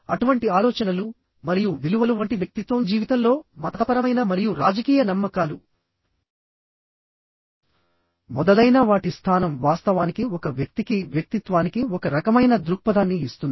అటువంటి ఆలోచనలు మరియు విలువలు వంటి వ్యక్తిత్వం జీవితంలో మతపరమైన మరియు రాజకీయ నమ్మకాలు మొదలైన వాటి స్థానం వాస్తవానికి ఒక వ్యక్తికి వ్యక్తిత్వానికి ఒక రకమైన దృక్పథాన్ని ఇస్తుంది